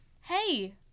Hey